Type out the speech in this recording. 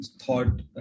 thought